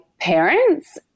parents